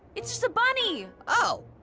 it's just a bunny. oh.